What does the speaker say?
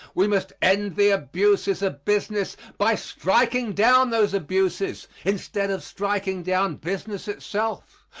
we must end the abuses of business by striking down those abuses instead of striking down business itself.